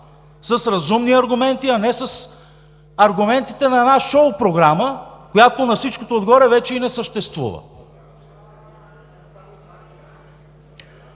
с разумни аргументи, а не с аргументите на една шоу програма, която на всичкото отгоре вече и не съществува.